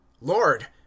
Lord